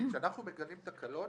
כשאנחנו מגלים תקלות,